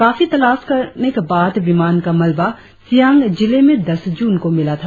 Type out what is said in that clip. काफी तलाश के बाद विमान का मलबा सियांग जिले में दस जून को मिला था